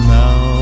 now